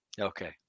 Okay